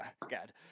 God